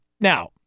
Now